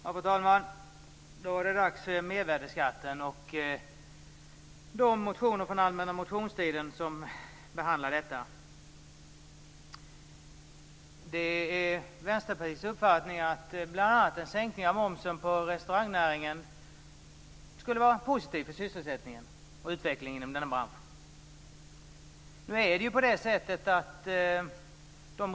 Fru talman! Då var det dags att diskutera frågan om mervärdesskatten och de motioner från allmänna motionstiden som behandlar den frågan. Det är Vänsterpartiets uppfattning att bl.a. en sänkning av momsen på restaurangnäringen skulle vara positiv för sysselsättningen och utvecklingen inom den branschen.